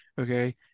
Okay